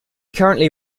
currently